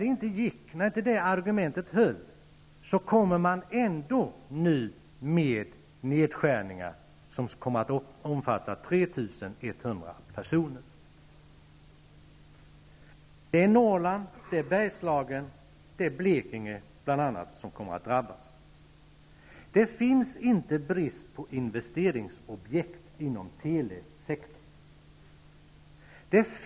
Trots att det argumentet inte höll kommer man nu med sitt tal om nedskärningar, vilka kommer att omfatta just 3 100 personer. Bl.a. Norrland, Bergslagen och Blekinge kommer att drabbas. Men det föreligger inte någon brist på investeringsobjekt inom telesektorn.